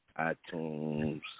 iTunes